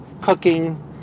cooking